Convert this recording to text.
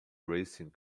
racing